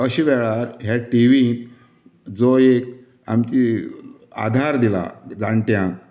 अशें वेळार हे टिवी जो एक आमची आधार दिला जाण्ट्यांक